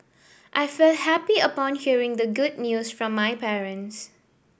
I felt happy upon hearing the good news from my parents